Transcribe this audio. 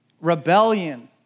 rebellion